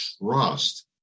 trust